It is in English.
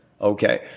Okay